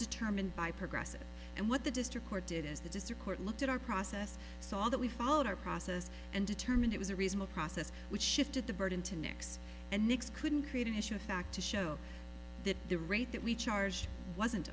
determined by progressive and what the district court did is the district court looked at our process saw that we followed our process and determined it was a reasonable process which shifted the burden to next and next couldn't create an issue of fact to show that the rate that we charged wasn't